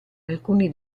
alcuni